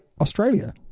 Australia